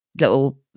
little